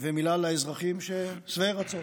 ומילה לאזרחים שהם שבעי רצון.